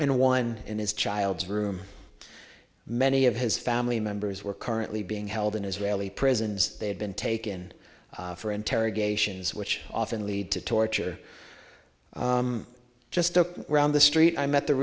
and one in his child's room many of his family members were currently being held in israeli prisons they have been taken for interrogations which often lead to torture just look around the street i met the